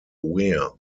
wear